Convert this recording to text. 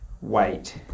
Weight